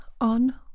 on